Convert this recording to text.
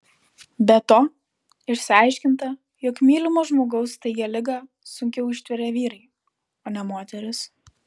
be to išsiaiškinta jog mylimo žmogaus staigią ligą sunkiau ištveria vyrai o ne moterys